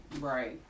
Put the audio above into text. right